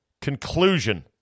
Conclusion